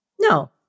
No